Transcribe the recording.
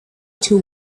too